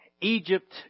Egypt